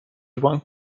بانک